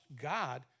God